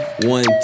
One